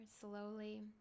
slowly